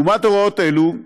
לעומת הוראות אלו,